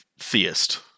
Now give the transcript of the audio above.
theist